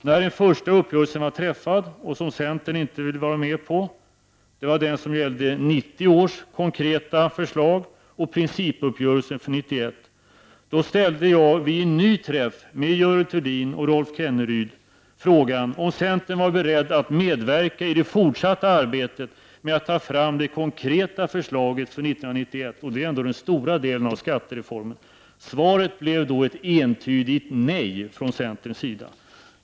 När den första uppgörelsen hade träffats — som centern inte ville vara med på och som gällde 1990 års konkreta förslag och principuppgörelsen för 1991 — ställde jag vid en ny träff med Görel Thurdin och Rolf Kenneryd på nytt frågan om centern var beredd att medverka i det fortsatta arbetet med att ta fram det konkreta förslaget för 1991. Det är ju ändå den stora delen i skattereformen. Svaret blev då ett entydigt nej från centerns sida.